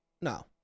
No